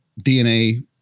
DNA